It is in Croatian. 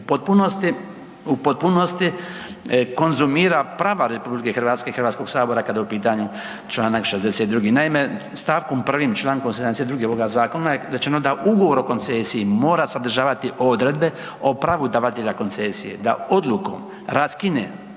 u potpunosti konzumira prava RH i Hrvatskog sabora kada je u pitanju Članak 62. Naime, stavkom 1. Člankom 72. ovoga zakona je rečeno da ugovor o koncesiji mora sadržavati odredbe o pravu davatelja koncesije da odlukom raskine